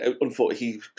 unfortunately